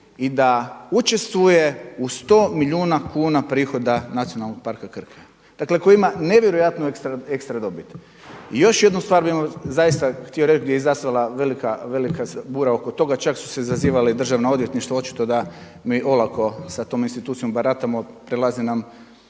i da učestvuje u 100 milijuna kuna prihoda Nacionalnog parka Krka. Dakle koji ima nevjerojatnu ekstradobit. I još jednu stvar bih vas zaista htio reći gdje je i nastala velika, velika bura oko toga, čak su se zazivala i državna odvjetništva, očito da mi olako sa tom institucijom baratamo, prelazi nam